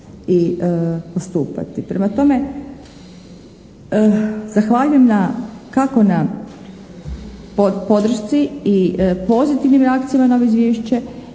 i postupati. Prema tome zahvaljujem na, kako na podršci i pozitivnim reakcijama na ovo izvješće